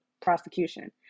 prosecution